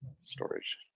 storage